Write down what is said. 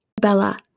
Bella